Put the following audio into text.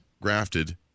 grafted